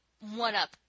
one-up